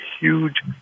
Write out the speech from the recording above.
huge